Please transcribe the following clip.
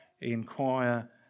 inquire